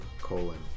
colon